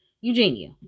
Eugenia